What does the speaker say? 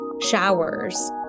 showers